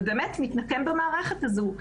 ובאמת מתנקם במערכת הזו.